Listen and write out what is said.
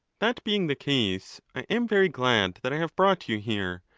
that being the case, i am very glad that i have brought you here,